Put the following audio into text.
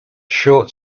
short